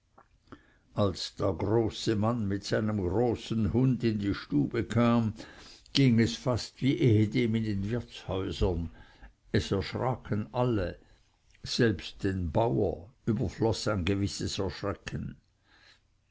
als der große mann mit seinem großen hund in die stube kam ging es fast wie ehedem in den wirtshäusern es erschraken alle selbst den bauer überfloß ein gewisses erschrecken